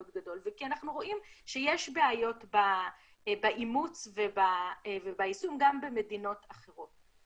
גדול וכי אנחנו רואים שיש בעיות באימוץ וביישום גם מדינות אחרות.